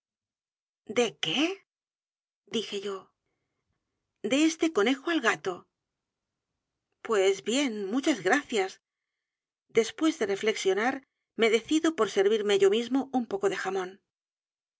e qué dije yo de este conejo al gato pues bien muchas gracias después de reflexionar me decido por servirme yo mismo un poco de jamón